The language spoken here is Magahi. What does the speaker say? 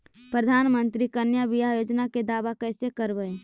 प्रधानमंत्री कन्या बिबाह योजना के दाबा कैसे करबै?